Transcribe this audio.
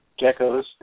geckos